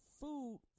food